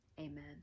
amen